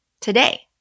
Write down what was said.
today